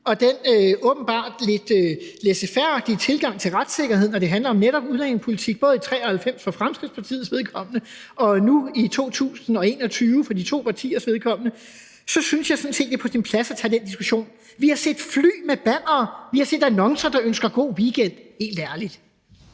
lidt laissez faire-agtige tilgang til retssikkerhed, når det handler om netop udlændingepolitik, både i 1993 for Fremskridtspartiets vedkommende og nu i 2021 for de to partiers vedkommende, så synes jeg sådan set, at det er på sin plads at tage den diskussion. Vi har set fly med bannere, og vi har set annoncer, der ønsker god weekend – helt ærligt.